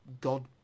god